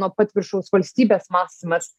nuo pat viršaus valstybės mąstymas